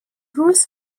ruth